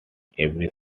every